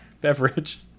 beverage